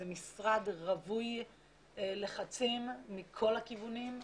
זה משרד רווי לחצים מכל הכיוונים.